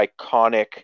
iconic